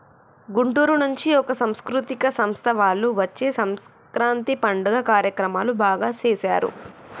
గుంటూరు నుంచి ఒక సాంస్కృతిక సంస్థ వాళ్ళు వచ్చి సంక్రాంతి పండుగ కార్యక్రమాలు బాగా సేశారు